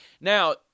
Now